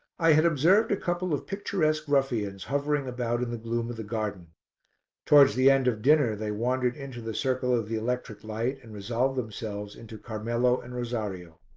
i had observed a couple of picturesque ruffians hovering about in the gloom of the garden towards the end of dinner they wandered into the circle of the electric light and resolved themselves into carmelo and rosario.